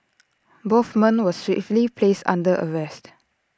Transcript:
both men were swiftly placed under arrest